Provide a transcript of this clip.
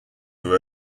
who